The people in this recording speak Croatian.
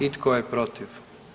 I tko je protiv?